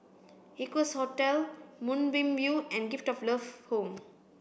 Equarius Hotel Moonbeam View and Gift of Love Home